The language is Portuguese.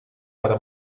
para